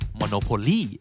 monopoly